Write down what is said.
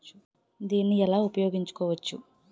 దీన్ని ఎలా ఉపయోగించు కోవచ్చు?